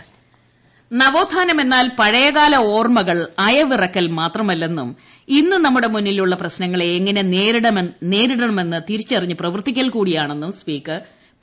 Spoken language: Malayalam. സ്പീക്കർ നവോത്ഥാനമെന്നാൽ പഴയകാല ഓർമകൾ അയവിറക്കൽ മാത്രമല്ലെന്നും ഇന്നു നമ്മുടെ മുന്നിലുള്ള പ്രശ്നങ്ങളെ എങ്ങനെ നേരിടണമെന്നു തിരിച്ചറിഞ്ഞു പ്രവർത്തിക്കൽ കൂടിയാണെന്നും സ്പീക്കർ പി